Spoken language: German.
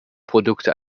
produkte